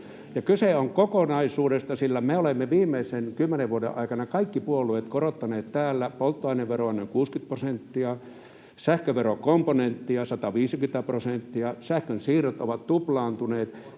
Kyse on kokonaisuudesta, sillä me kaikki puolueet olemme viimeisen kymmenen vuoden aikana korottaneet täällä polttoaineveroa noin 60 prosenttia, sähköverokomponenttia 150 prosenttia, sähkönsiirrot ovat tuplaantuneet.